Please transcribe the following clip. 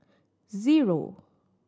zero